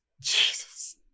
Jesus